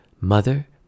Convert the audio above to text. mother